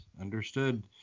Understood